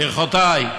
ברכותי.